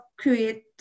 create